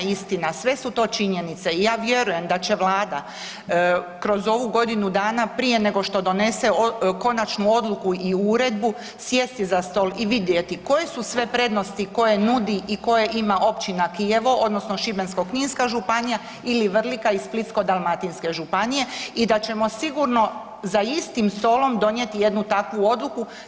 Istina, sve su to činjenice i ja vjerujem da će Vlada kroz ovu godinu dana prije nego što donese konačnu odluku i uredbu sjesti za stol i vidjeti koje su sve prednosti koje nudi i koje ima općina Kijevo odnosno Šibensko-kninska županija ili Vrlika i Splitsko-dalmatinske županije i da ćemo sigurno za istim stolom donijeti jednu takvu odluku.